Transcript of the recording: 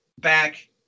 back